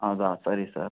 ಹೌದಾ ಸರಿ ಸರ್